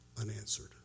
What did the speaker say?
unanswered